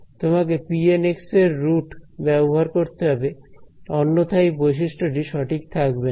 তোমাকে pN এর root ব্যবহার করতে হবে অন্যথায় এই বৈশিষ্ট্যটি সঠিক থাকবে না